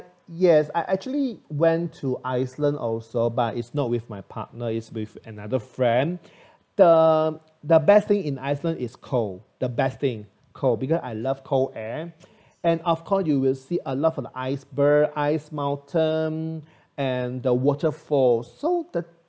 yes I actually went to iceland also but is not with my partner is with another friend the the best thing in iceland is cold the best thing cold because I love cold air and of course you will see a lot of iceberg ice mountain and the waterfall so the